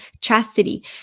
chastity